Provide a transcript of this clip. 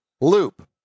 Loop